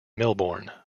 melbourne